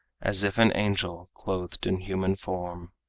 as if an angel clothed in human form.